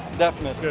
definite.